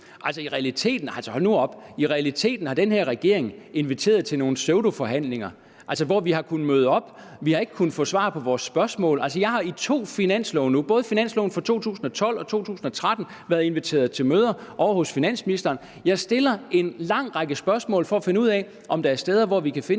ledet regering. Hold nu op. I realiteten har den her regering inviteret til nogle pseudoforhandlinger, hvor vi har kunnet møde op. Vi har ikke kunnet få svar på vores spørgsmål. Jeg har i forbindelse med to finanslove – både i forbindelse med forhandlingerne om finansloven for 2012 og 2013 – været inviteret til møder ovre hos finansministeren. Jeg stiller en lang række spørgsmål for at finde ud af, om der er steder, hvor vi kan finde